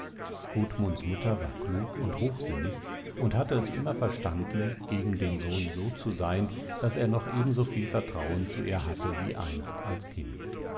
hatte gudmunds mutter war klug und hochsinnig und hatte es immer verstanden gegen den sohn so zu sein daß er noch ebensoviel vertrauen zu ihr hatte wie einst als kind